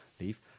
leave